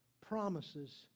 promises